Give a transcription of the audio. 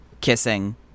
kissing